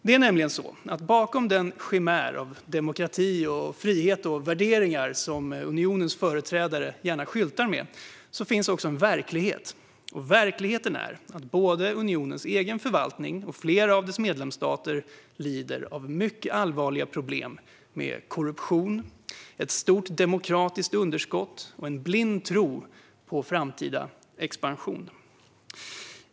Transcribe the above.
Det är nämligen så att bakom den chimär av demokrati, frihet och värderingar som unionens företrädare gärna skyltar med finns en verklighet, och verkligheten är att både unionens förvaltning och flera av dess medlemsstater lider av mycket allvarliga problem med korruption, ett stort demokratiskt underskott och en blind tro på framtida expansion.